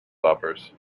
lovers